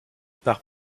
par